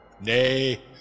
Nay